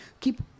keep